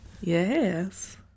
Yes